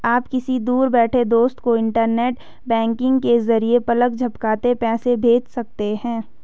आप किसी दूर बैठे दोस्त को इन्टरनेट बैंकिंग के जरिये पलक झपकते पैसा भेज सकते हैं